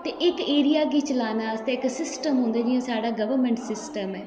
ते इक्क एरिया गी चलानै आस्तै इक्क सिस्टम होंदा जियां की साढ़े गौरमेंट सिस्टम ऐ